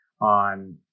on